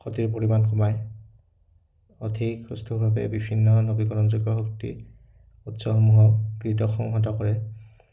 ক্ষতিৰ পৰিমাণ কমায় অধিক সুস্থভাৱে বিভিন্ন নৱীকৰণযোগ্য শক্তি উৎসসমূহক কৃত সংহত কৰে